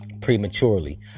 Prematurely